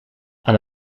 aan